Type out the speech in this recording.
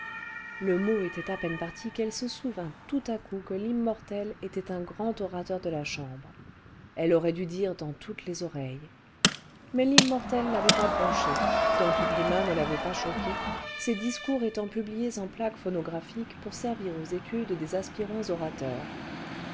le mot était à peine parti qu'elle se souvint tout à coup que l'immortel était un grand orateur de la chambre elle aurait dû dire dans toutes les oreilles mais'l'immortel n'avait pas bronché dans toutes les moins ne l'avait pas choqué ses discours étant publiés en plaques phonographiques pour servir aux études des aspirants orateurs